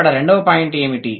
ఇక రెండవ పాయింట్ ఏమిటి